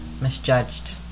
misjudged